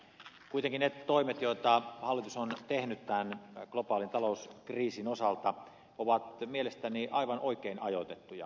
kuitenkin ne toimet joita hallitus on tehnyt tämän globaalin talouskriisin osalta ovat mielestäni aivan oikein ajoitettuja